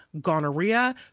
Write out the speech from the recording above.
gonorrhea